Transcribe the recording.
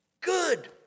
Good